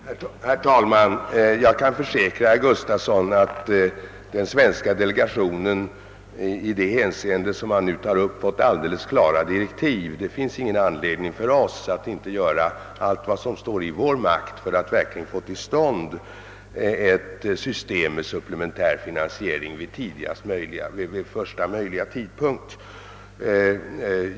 Herr talman! Jag kan försäkra herr Gustafson i Göteborg att den svenska delegationen har fått klara direktiv i detta hänseende. Vi har all anledning att göra allt som står i vår makt för att verkligen få till stånd ett system med supplementär finansiering vid första möjliga tidpunkt.